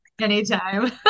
anytime